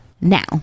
now